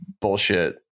bullshit